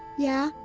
yeah,